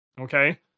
okay